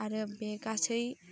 आरो बे गासै